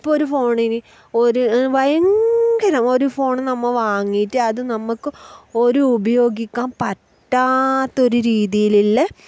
ഇപ്പോൾ ഒരു ഫോണിന് ഒരു ഭയങ്കര ഒരു ഫോൺ നമ്മൾ വാങ്ങിയിട്ട് അത് നമുക്ക് ഒരു ഉപയോഗിക്കാൻ പറ്റാത്തൊരു രീതിയിലുള്ള